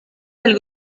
del